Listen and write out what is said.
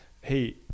hey